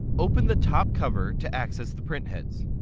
open the top cover to access the print heads.